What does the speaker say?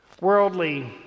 Worldly